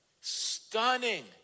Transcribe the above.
stunning